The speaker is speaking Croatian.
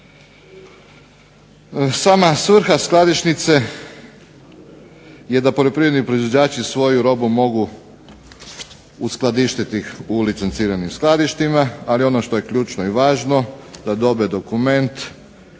Sama svrha skladišnice je da poljoprivredni proizvođači svoju robu mogu uskladištiti u licenciranim skladištima, ali ono što je ključno i važno da dobe dokument